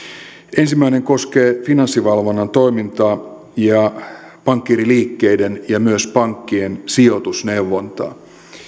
ensimmäinen koskee finanssivalvonnan toimintaa ja pankkiiriliikkeiden ja myös pankkien sijoitusneuvontaa